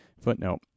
footnote